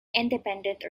independent